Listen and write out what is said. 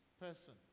person